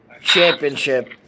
Championship